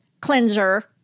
cleanser